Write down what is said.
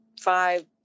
five